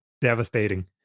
devastating